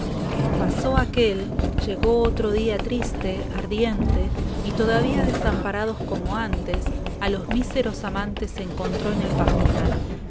pasó aquel llegó otro día triste ardiente y todavía desamparados como antes a los míseros amantes encontró en el pajonal